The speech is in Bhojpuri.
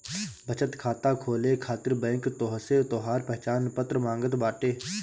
बचत खाता खोले खातिर बैंक तोहसे तोहार पहचान पत्र मांगत बाटे